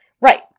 Right